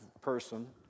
person